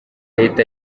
leta